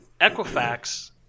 Equifax